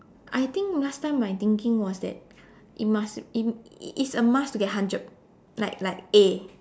I think last time my thinking was that it must it it's a must to get hundred like like A